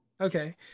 Okay